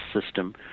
system